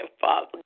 Father